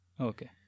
Okay